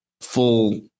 full